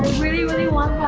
really really want